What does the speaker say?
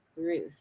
Ruth